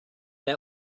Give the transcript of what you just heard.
that